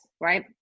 right